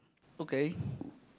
okay